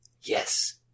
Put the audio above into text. Yes